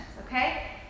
okay